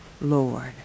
Lord